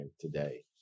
today